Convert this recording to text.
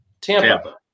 Tampa